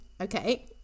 okay